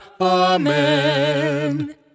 Amen